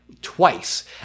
twice